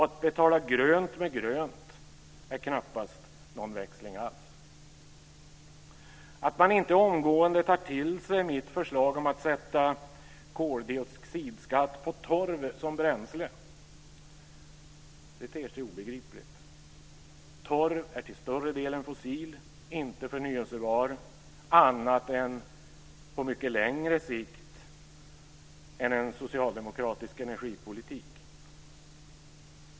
Att betala grönt med grönt är knappast någon växling alls. Att man inte omgående tar till sig mitt förslag om att sätta koldioxidskatt på torv som bränsle ter sig obegripligt. Torv är till större delen fossil. Den är inte förnybar annat än på mycket längre sikt än vad en socialdemokratisk energipolitik sträcker sig.